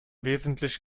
wesentlich